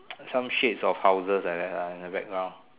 some shades of houses like that ah in the background